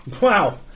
Wow